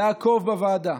לעקוב בוועדה.